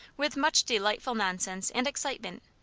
with much delightful nonsense and excitement,